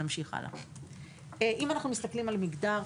אם אנחנו מסתכלים על מגדר,